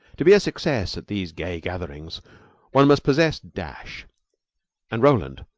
to be a success at these gay gatherings one must possess dash and roland,